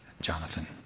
Jonathan